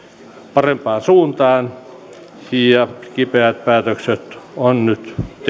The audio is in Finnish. parempaan suuntaan ja kipeät päätökset on nyt tehty